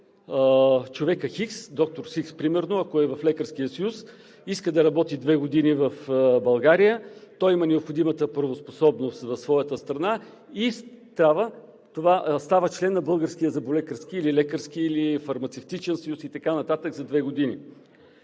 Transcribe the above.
той казва, че доктор „Х“, ако е в Лекарския съюз, иска да работи две години в България, той има необходимата правоспособност в своята страна и става член на Българския зъболекарски, лекарски или фармацевтичен съюз и така нататък за две години.